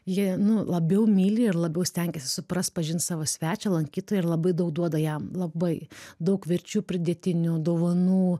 jie nu labiau myli ir labiau stengiasi supras pažint savo svečią lankytoją ir labai daug duoda jam labai daug verčių pridėtinių dovanų